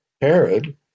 herod